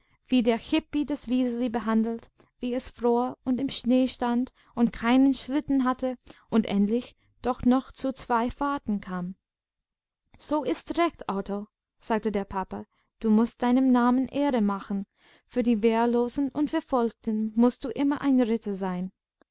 wie der chäppi das wiseli behandelt wie es fror und im schnee stand und keinen schlitten hatte und endlich doch noch zu zwei fahrten kam so ist's recht otto sagte der papa du mußt deinem namen ehre machen für die wehrlosen und verfolgten mußt du immer ein ritter sein